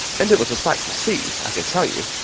and it was a sight to see, i can tell you.